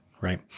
right